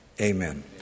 amen